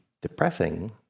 depressing